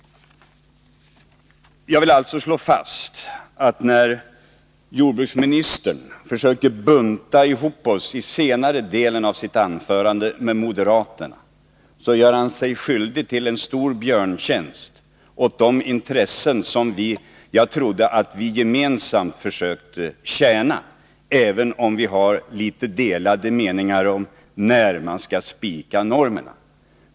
Jag vill alltså slå fast att jordbruksministern när han i senare delen av sitt anförande försökte bunta ihop oss med moderaterna gjorde sig skyldig till en stor björntjänst åt de intressen som jag trodde att vi gemensamt försöker 131 tjäna, även om vi har litet delade meningar om när normerna skall fastställas.